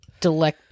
delect